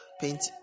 paint